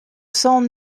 cents